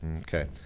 Okay